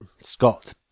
Scott